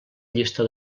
llista